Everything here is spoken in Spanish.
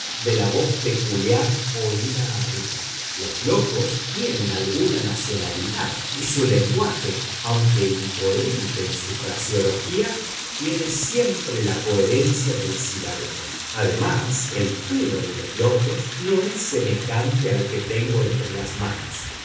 de la voz peculiar oída arriba los locos tienen alguna nacionalidad y su lenguaje aunque incoherente en su fraseología tiene siempre la coherencia del silabeo además el pelo de los locos no es semejante al que tengo entre las manos